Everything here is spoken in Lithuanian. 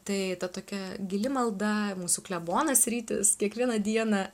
tai ta tokia gili malda mūsų klebonas rytis kiekvieną dieną